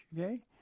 okay